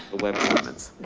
the web comments.